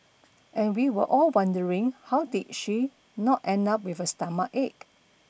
and we were all wondering how did she not end up with a stomachache